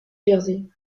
jersey